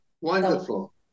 Wonderful